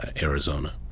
Arizona